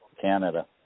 Canada